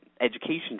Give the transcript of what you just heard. education